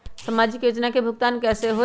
समाजिक योजना के भुगतान कैसे होई?